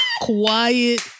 quiet